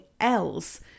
else